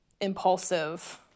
impulsive